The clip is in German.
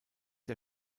der